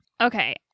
Okay